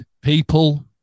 people